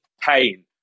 pain